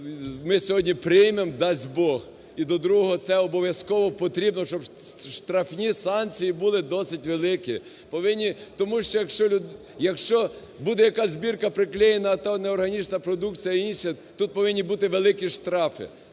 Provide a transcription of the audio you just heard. ми сьогодні приймемо, дасть Бог, і до другого це обов'язково потрібно, щоб штрафні санкції були досить великі повинні. Тому що якщо буде якась бірка приклеєна та не органічна продукція, а інша. Тут повинні бути великі штрафи.